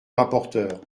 rapporteur